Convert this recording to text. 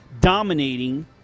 dominating –